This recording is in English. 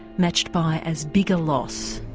matched by as big a loss.